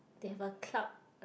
they have a club like